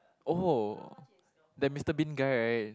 oh that Mister Bean guy right